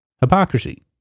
Hypocrisy